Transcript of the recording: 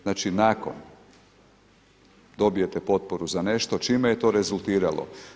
Znači nakon, dobijete potporu za nešto, čime je to rezultiralo.